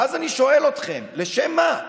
ואז אני שואל אתכם: לשם מה?